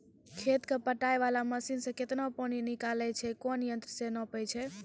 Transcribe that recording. खेत कऽ पटाय वाला मसीन से केतना पानी निकलैय छै कोन यंत्र से नपाय छै